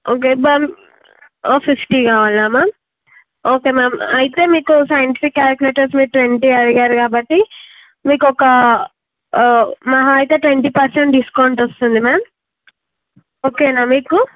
okay బ fifty కావాలా ma'am okay ma'am అయితే మీకు సైంటిఫిక్ క్యాలికులేటర్స్ మీరు ట్వంటీ అడిగారు కాబట్టి మీకు ఒక మహాయితే ట్వంటీ పర్సెంట్ డిస్కౌంట్ వస్తుంది మ్యామ్ ఓకేనా మీకు